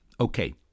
Okay